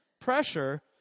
pressure